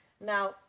Now